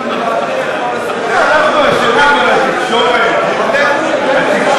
גני טרום-חובה, שעות תקן,